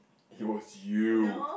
it was you